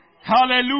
hallelujah